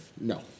No